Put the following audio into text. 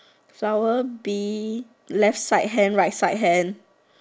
flower Bee left side hand right side hand